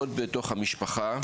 המשפחה.